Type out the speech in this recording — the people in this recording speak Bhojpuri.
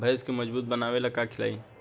भैंस के मजबूत बनावे ला का खिलाई?